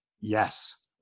yes